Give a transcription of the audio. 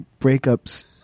breakups